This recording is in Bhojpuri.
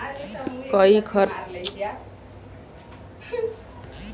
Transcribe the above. कई खरपतवार अइसनो होला जौन फसल खातिर अच्छा होला